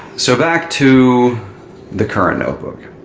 so back to the current notebook.